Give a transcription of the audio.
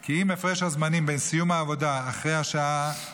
כי אם הפרש הזמנים בין סיום העבודה אחרי השעה